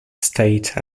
state